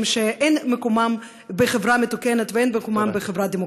שאין מקומם בחברה מתוקנת ואין מקומם בחברה דמוקרטית.